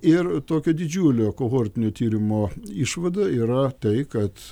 ir tokio didžiulio kohortinio tyrimo išvada yra tai kad